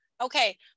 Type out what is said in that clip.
Okay